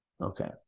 Okay